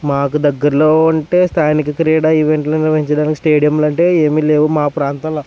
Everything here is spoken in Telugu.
మాకు దగ్గరలో అంటే స్థానిక క్రీడా ఈవెంట్లు నిర్వహించగలిగే స్టేడియంలు అంటే ఏమీ లేవు మా ప్రాంతంలో